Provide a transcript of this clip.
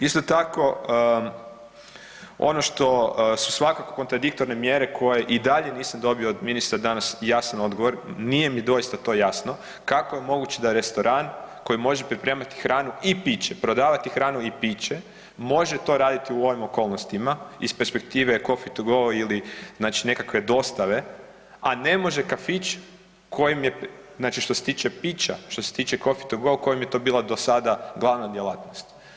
Isto tako, ono što su svakako kontradiktorne mjere koje i dalje nisam od ministra danas jasan odgovor, nije mi doista to jasno, kako je moguće da restoran koji može pripremati hranu i piće, prodavati hranu i piće može to raditi u ovim okolnostima iz perspektive coffee to go ili znači nekakve dostave, a ne može kafić kojem je znači što se tiče pića, što se tiče coffee to go kojem je to bila do sada glavna djelatnost.